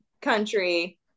country